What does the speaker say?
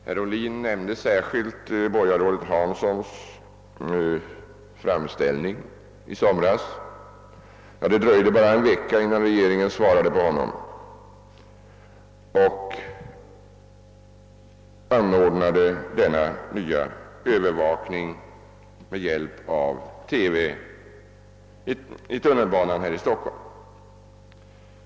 Herr Ohlin nämnde borgarrådet Hansons framställning i somras. Det dröjde bara en vecka innan regeringen svarade och de nya övervakningsanordningarna med TV installerades i Stockholms tunnelbanor.